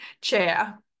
chair